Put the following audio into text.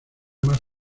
más